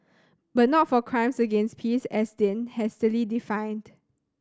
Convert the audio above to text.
but not for crimes against peace as then hastily defined